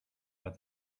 but